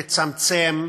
לצמצם,